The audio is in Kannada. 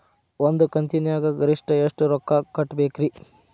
ಒಂದ್ ಕಂತಿನ್ಯಾಗ ಗರಿಷ್ಠ ಎಷ್ಟ ರೊಕ್ಕ ಕಟ್ಟಬೇಕ್ರಿ?